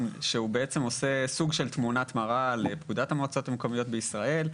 שהוא בעצם עושה סוג של תמונת מראה לפקודת המועצות המקומיות בישראל.